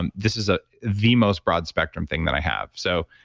and this is ah the most broad spectrum thing that i have so,